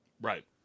Right